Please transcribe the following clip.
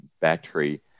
battery